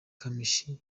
kamichi